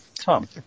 Tom